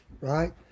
right